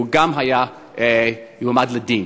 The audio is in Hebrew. שהוא גם היה מועמד לדין.